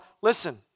Listen